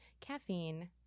Caffeine